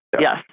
Yes